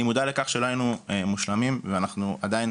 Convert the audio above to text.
אני מודע לכך שלא היינו מושלמים ואנחנו עדיין,